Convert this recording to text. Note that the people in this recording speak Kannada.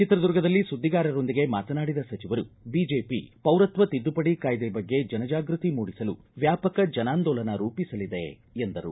ಚಿತ್ರದುರ್ಗದಲ್ಲಿ ಸುದ್ದಿಗಾರರೊಂದಿಗೆ ಮಾತನಾಡಿದ ಸಚಿವರು ಬಿಜೆಪಿ ಪೌರತ್ವ ತಿದ್ದುಪಡಿ ಕಾಯ್ದೆ ಬಗ್ಗೆ ಜನಜಾಗೃತಿ ಮೂಡಿಸಲು ವ್ಯಾಪಕ ಜನಾಂದೋಲನ ರೂಪಿಸಲಿದೆ ಎಂದರು